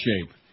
shape